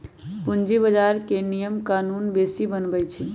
पूंजी बजार के नियम कानून सेबी बनबई छई